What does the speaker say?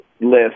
list